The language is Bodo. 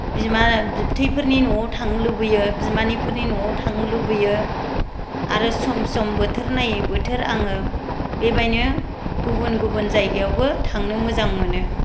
बिमा बिबथैफोरनि नआव थांनो लुबैयो बिमानैफोरनि नआव थांनो लुबैयो आरो सम सम बोथोर नायै बोथोर आङो बेबादिनो गुबुन गुबुन जायगायावबो थांनो मोजां मोनो